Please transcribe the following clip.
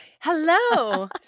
Hello